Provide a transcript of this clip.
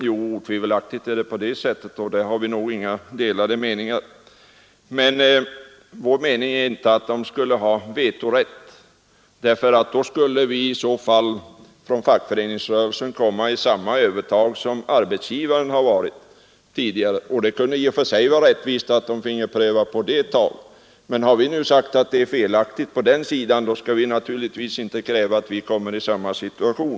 Jo, otvivelaktigt är det på det sättet, och där råder nog inga delade meningar. Men vår åsikt är inte att fackföreningarna skulle ha vetorätt, ty då skulle vi inom fackföreningsrörelsen få samma övertag som arbetsgivarna tidigare haft. Det kunde i och för sig vara rättvist att arbetsgivarna finge pröva på detta ett tag, men har vi nu sagt att det är felaktigt på arbetsgivarsidan skall vi naturligtvis inte kräva att få komma i samma situation.